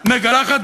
מגלחת,